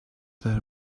that